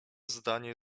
zdanie